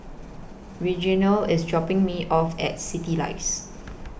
Reginal IS dropping Me off At Citylights